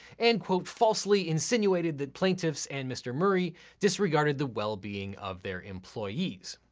and quote, falsely insinuated that plaintiffs and mr. murray disregarded the well-being of their employees.